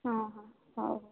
ହଁ ହଉ